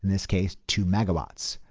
this case, two megawatts.